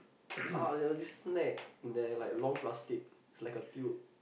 uh there was this snack in like a long plastic it's like a tube